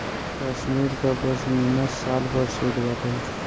कश्मीर कअ पशमीना शाल प्रसिद्ध बाटे